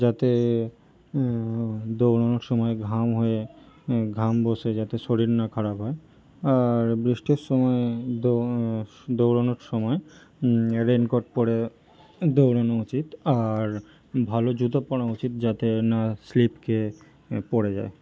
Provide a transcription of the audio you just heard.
যাতে দৌড়ানোর সময় ঘাম হয়ে ঘাম বসে যাতে শরীর না খারাপ হয় আর বৃষ্টির সময়ে দৌ দৌড়ানোর সময় রেনকোট পরে দৌড়ানো উচিত আর ভালো জুতো পরা উচিত যাতে না স্লিপ খেয়ে পড়ে যায়